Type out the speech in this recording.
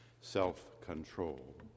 self-control